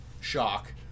shock